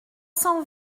cent